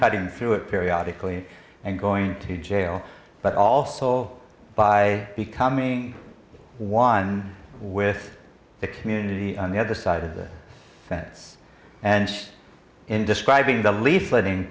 cutting through it periodically and going to jail but also all by becoming one with the community on the other side of the fence and in describing the lea